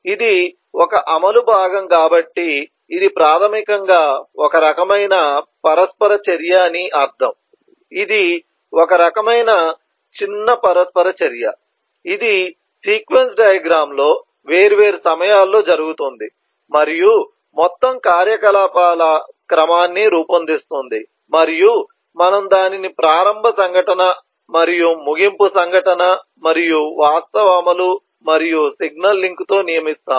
ఇది ఒక అమలు భాగం కాబట్టి ఇది ప్రాథమికంగా ఒక రకమైన పరస్పర చర్య అని అర్ధం ఇది ఒక రకమైన చిన్న పరస్పర చర్య ఇది సీక్వెన్స్ డయాగ్రమ్ లో వేర్వేరు సమయాల్లో జరుగుతుంది మరియు మొత్తం కార్యకలాపాల క్రమాన్ని రూపొందిస్తుంది మరియు మనము దానిని ప్రారంభ సంఘటన మరియు ముగింపు సంఘటన మరియు వాస్తవ అమలు మరియు సిగ్నల్ లింక్తో నియమిస్తాము